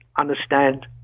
understand